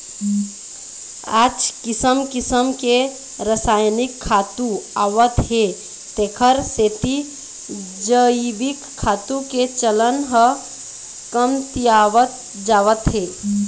आज किसम किसम के रसायनिक खातू आवत हे तेखर सेती जइविक खातू के चलन ह कमतियावत जावत हे